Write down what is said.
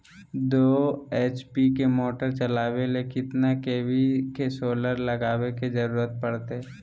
दो एच.पी के मोटर चलावे ले कितना के.वी के सोलर लगावे के जरूरत पड़ते?